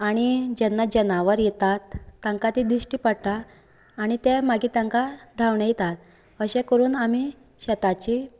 आनी जेन्ना जनावर येतात तांका तें दिश्टी पडटा आनी ते मागीर तेंका धावंडयतात अशें करून आमी शेताची